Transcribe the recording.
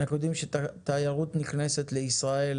אנחנו יודעים שתיירות נכנסת לישראל